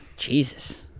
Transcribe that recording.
Jesus